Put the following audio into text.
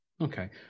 Okay